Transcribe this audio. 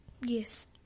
Yes